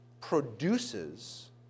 produces